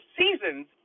seasons